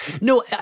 No